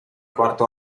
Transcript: quarto